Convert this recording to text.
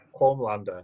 Homelander